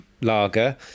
lager